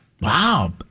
Wow